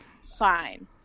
fine